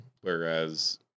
whereas